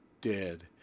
dead